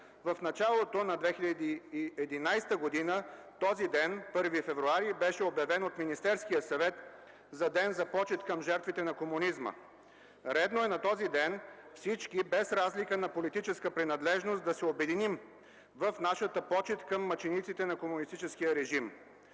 в началото на 2011 г. този ден – 1 февруари, беше обявен от Министерския съвет за Ден за почит към жертвите на комунизма. Редно е на този ден всички, без разлика на политическа принадлежност, да се обединим в нашата почит към мъчениците на комунистическия режим.